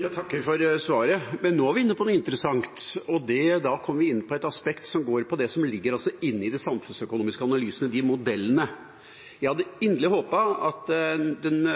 Jeg takker for svaret. Nå er vi inne på noe interessant, og da kommer vi inn på et aspekt som går på det som ligger inne i de samfunnsøkonomiske analysene, de modellene. Jeg hadde inderlig håpet at den